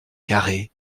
carrées